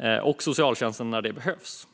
och socialtjänsten när det behövs.